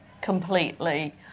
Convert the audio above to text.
completely